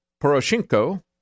Poroshenko